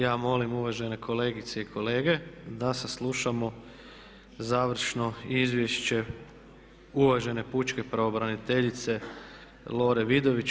Ja molim uvažene kolegice i kolege da saslušamo završno izvješće uvažene pučke pravobraniteljice Lore Vidović.